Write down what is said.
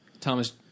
Thomas